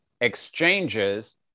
exchanges